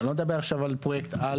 אני לא מדבר עכשיו על פרויקט על,